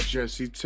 Jesse